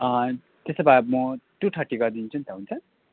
त्यसो भए म टू थर्टी गरिदिन्छु नि त हुन्छ